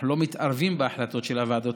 אנחנו לא מתערבים בהחלטות של הוועדות